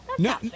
No